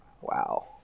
Wow